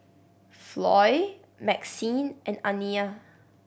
Floy Maxine and Aniya